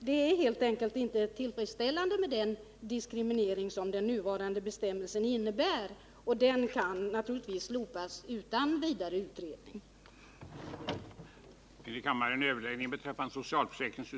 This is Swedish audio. Det är helt enkelt inte tillfredsställande med den diskriminering som den nuvarande bestämmelsen innebär, och bestämmelsen kan naturligtvis slopas utan vidare utredning. 2. att riksdagen hos regeringen begärde en översyn av det sociala trygghetssystemet enligt motionens riktlinjer.